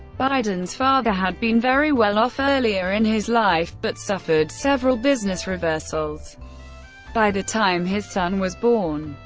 biden's father had been very well-off earlier in his life, but suffered several business reversals by the time his son was born.